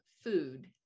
food